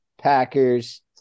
Packers